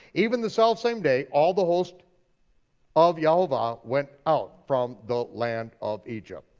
even the selfsame day all the hosts of yehovah went out from the land of egypt.